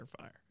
fire